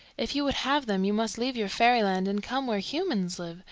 if you would have them you must leave your fairyland and come where humans live,